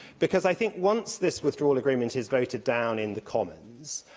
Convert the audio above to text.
because i think, once this withdrawal agreement is voted down in the commons,